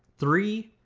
three,